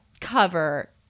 cover